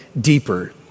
deeper